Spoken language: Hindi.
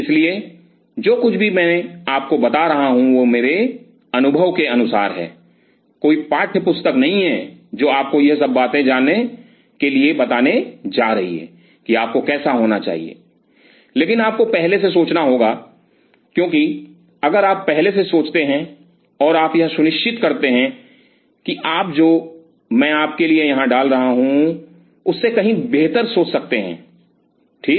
इसलिए जो कुछ भी मैं आपको बता रहा हूं वह मेरे अनुभव के अनुसार है कोई पाठ्यपुस्तक नहीं है जो आपको यह सब बातें बताने जा रही है कि आपको कैसा होना चाहिए लेकिन आपको पहले से सोचना होगा क्योंकि अगर आप पहले से सोचते हैं और आप यह सुनिश्चित करते हैं कि आप जो मैं आपके लिए यहां डाल रहा हूं उससे कहीं बेहतर सोच सकते हैं ठीक